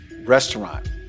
restaurant